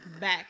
back